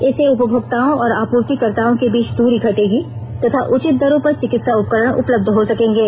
इससे उपभोक्ताओं और आपूर्तिकताओं के बीच दूरी घटेगी तथा उचित दरों पर चिकित्सा उपकरण उपलब्ध हो सकेंगे